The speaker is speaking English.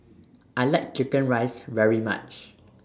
I like Chicken Rice very much